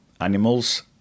animals